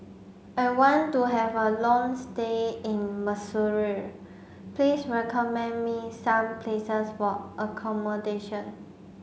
I want to have a long stay in Maseru Please recommend me some places for accommodation